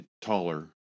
taller